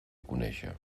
conéixer